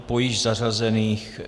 Po již zařazených.